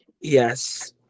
Yes